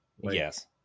Yes